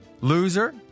Loser